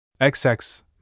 XX